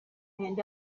and